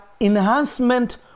enhancement